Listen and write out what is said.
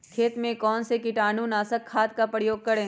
खेत में कौन से कीटाणु नाशक खाद का प्रयोग करें?